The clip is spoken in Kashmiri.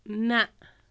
نہَ